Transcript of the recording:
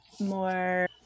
more